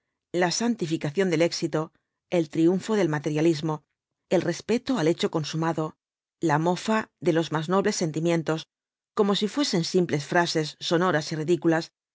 la santificación del éxito el triunfo del materialismo el respeto al hecho consumado la mofa de los más nobles sentimientos como si fuesen simples frases sonoras y ridiculas